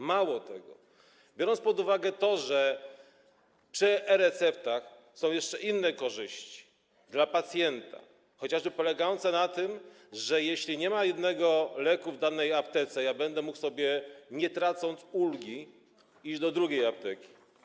Mało tego, trzeba wziąć pod uwagę to, że przy e-receptach są jeszcze inne korzyści dla pacjenta, chociażby polegające na tym, że jeśli nie ma jednego leku w danej aptece, będę mógł, nie tracąc ulgi, iść do drugiej apteki.